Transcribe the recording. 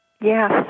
Yes